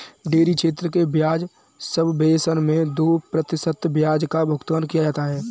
dairy क्षेत्र के ब्याज सबवेसन मैं दो प्रतिशत ब्याज का भुगतान किया जाता है